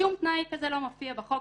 שום תנאי כזה לא מופיע בחוק,